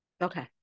Okay